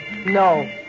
No